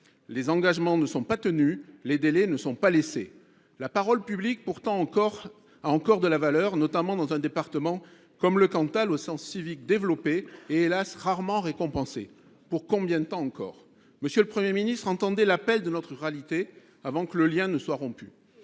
Les engagements ne sont pas tenus et les délais ne sont pas respectés. La parole publique a pourtant encore de la valeur, notamment dans un département comme le Cantal, dont le sens civique développé est, hélas ! rarement récompensé. Pour combien de temps encore ? Monsieur le Premier ministre, entendez l’appel de notre ruralité avant que le lien ne soit rompu